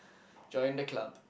join the club